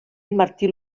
martí